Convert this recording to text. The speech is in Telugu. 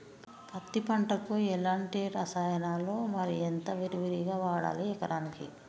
పత్తి పంటకు ఎలాంటి రసాయనాలు మరి ఎంత విరివిగా వాడాలి ఎకరాకి?